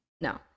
No